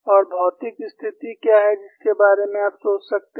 और भौतिक स्थिति क्या है जिसके बारे में आप सोच सकते हैं